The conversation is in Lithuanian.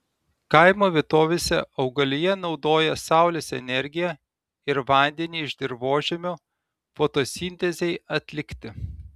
kaimo vietovėse augalija naudoja saulės energiją ir vandenį iš dirvožemio fotosintezei atlikti